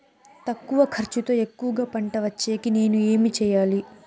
తక్కువ ఖర్చుతో ఎక్కువగా పంట వచ్చేకి నేను ఏమి చేయాలి?